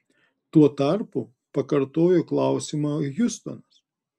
tuo tarpu pakartojo klausimą hjustonas